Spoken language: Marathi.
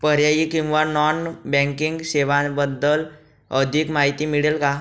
पर्यायी किंवा नॉन बँकिंग सेवांबद्दल अधिक माहिती मिळेल का?